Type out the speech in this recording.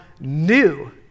new